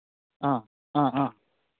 ꯑ ꯑ ꯑ